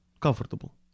comfortable